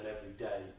everyday